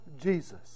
Jesus